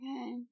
Okay